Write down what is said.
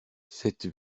cette